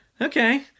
okay